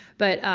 but,